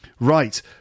Right